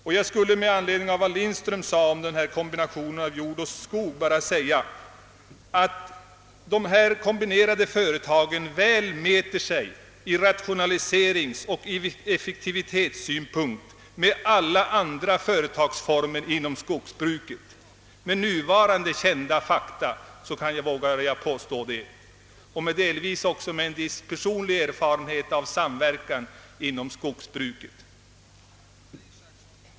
Med anledning av vad herr Lindström sade om kombinationen jord-skog vill jag också framhålla att dessa kombinerade företag ur rationaliseringsoch effektivitetssynpunkt väl kan mäta sig med alla andra företagsformer inom skogsbruket. Med stöd av nu kända fakta vågar jag påstå det — och även med en viss personlig erfarenhet av samverkan inom skogsbruket.